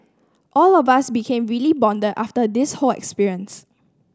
all of us became really bonded after this whole experience